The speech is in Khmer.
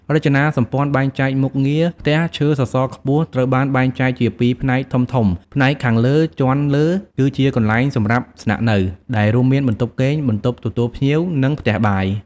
រចនាសម្ព័ន្ធបែងចែកមុខងារ ផ្ទះឈើសសរខ្ពស់ត្រូវបានបែងចែកជាពីរផ្នែកធំៗផ្នែកខាងលើ ជាន់លើ គឺជាកន្លែងសម្រាប់ស្នាក់នៅ ដែលរួមមាន បន្ទប់គេង បន្ទប់ទទួលភ្ញៀវ និង ផ្ទះបាយ ។